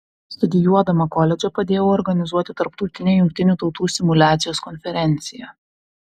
studijuodama koledže padėjau organizuoti tarptautinę jungtinių tautų simuliacijos konferenciją